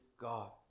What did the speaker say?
God